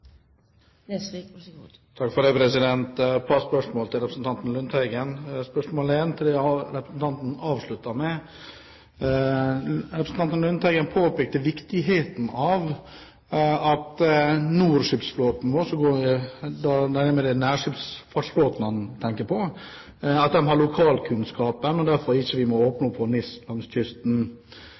Nesvik, deretter Svein Flåtten. Jeg har et par spørsmål til representanten Lundteigen. Spørsmål 1, til det representanten avsluttet med: Representanten Lundteigen påpekte viktigheten av at NOR-skipsflåten vår – det er vel nærmest nærskipsfartsflåten han tenker på – har lokalkunnskapen, og at vi derfor ikke må åpne opp for NIS langs kysten.